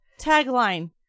Tagline